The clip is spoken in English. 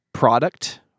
product